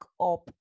up